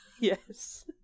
Yes